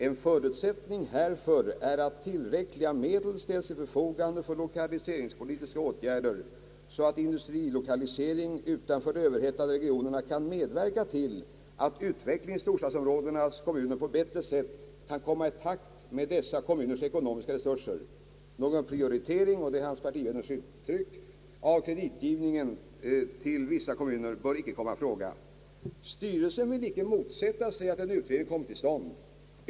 En förutsättning härför är att tillräckliga medel ställs till förfogande för lokaliseringspolitiska åtgärder så att industrilokalisering utanför de överhettade regionerna kan medverka till att utvecklingen i storstadsområdenas kommuner på ett bättre sätt kan komma i takt med dessa kommuners ekonomiska resurser. Någon prioritering av kreditgivningen till vissa kommuner bör icke komma i fråga. — Styrelsen vill inte motsätta sig att en utredning kommer till stånd.